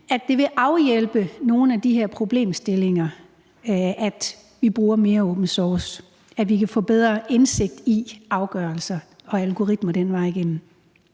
vil det afhjælpe nogle af de her problemstillinger, og vi kan få bedre indsigt i afgørelser og algoritmer den vej igennem?